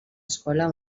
escola